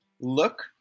Look